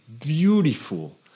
beautiful